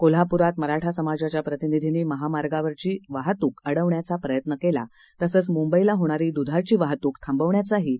कोल्हापुरात मराठा समाजाच्या प्रतिनिधिनी महामार्गावरची वाहतूक अडवण्याचा प्रयत्न केला तसंच मुंबईला होणारी दूधाची वाहतूक थांबवण्याचाही इशारा दिला